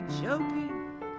joking